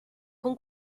con